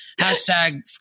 hashtag